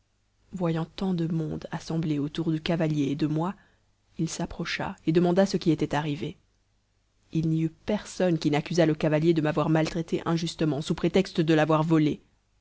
voyant tant de monde assemblé autour du cavalier et de moi il s'approcha et demanda ce qui était arrivé il n'y eut personne qui n'accusât le cavalier de m'avoir maltraité injustement sous prétexte de l'avoir volé